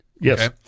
Yes